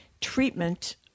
treatment